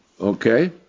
okay